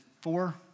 four